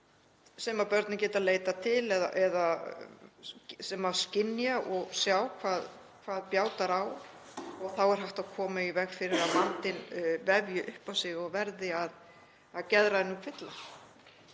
sem börnin geta leitað til eða sem skynja og sjá hvað bjátar á og þá er hægt að koma í veg fyrir að vandinn vindi upp á sig og verði að geðrænum kvillum.